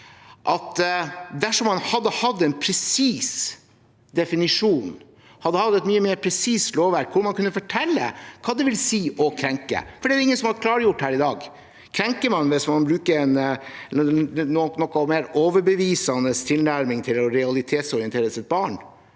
at man burde hatt en presis definisjon og et mye mer presist lovverk hvor man kunne fortelle hva det vil si «å krenke», for det er det ingen som har klargjort her i dag. Krenker man hvis man bruker en noe mer overbevisende tilnærming til å realitetsorientere sitt barn?